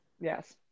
Yes